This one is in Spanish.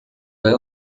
fue